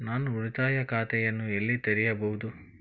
ನಾನು ಉಳಿತಾಯ ಖಾತೆಯನ್ನು ಎಲ್ಲಿ ತೆರೆಯಬಹುದು?